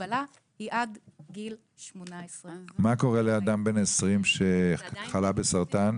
המגבלה היא עד גיל 18. מה קורה לאדם בן 20 שחלה בסרטן?